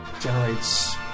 generates